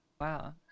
Wow